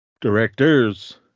directors